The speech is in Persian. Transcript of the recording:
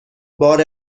بار